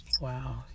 Wow